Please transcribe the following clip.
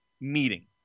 meeting